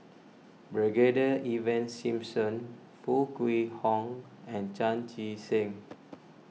Brigadier Ivan Simson Foo Kwee Horng and Chan Chee Seng